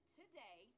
today